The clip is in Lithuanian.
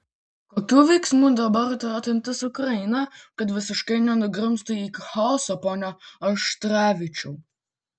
kokių veiksmų dabar turėtų imtis ukraina kad visiškai nenugrimztų į chaosą pone auštrevičiau